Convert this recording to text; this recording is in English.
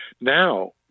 now